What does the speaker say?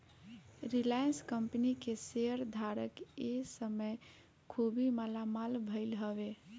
Reliance company के share धारक ए समय खुबे मालामाल भईले हवे